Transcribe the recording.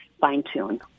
fine-tune